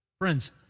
friends